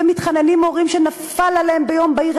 ומתחננים הורים שנפלה עליהם ביום בהיר